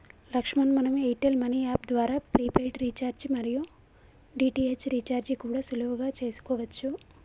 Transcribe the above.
లక్ష్మణ్ మనం Airtel money app ద్వారా prepaid recharge మరియు డి.టి.హెచ్ రీఛార్జి కూడా సులువుగా చేసుకోవచ్చు